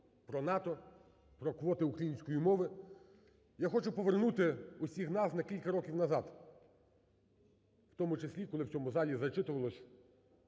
про НАТО, про квоти української мови, я хочу повернути усіх нас на кілька років назад, у тому числі, коли в залі зачитувалась